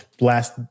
last